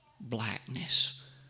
Blackness